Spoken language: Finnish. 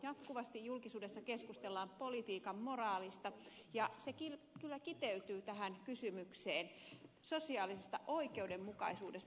jatkuvasti julkisuudessa keskustellaan politiikan moraalista ja se kyllä kiteytyy tähän kysymykseen sosiaalisesta oikeudenmukaisuudesta